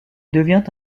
devient